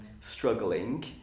struggling